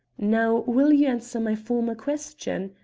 now will you answer my former question?